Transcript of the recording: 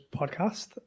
Podcast